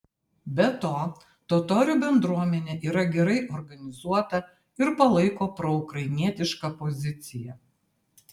be to totorių bendruomenė yra gerai organizuota ir palaiko proukrainietišką poziciją